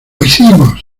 hicimos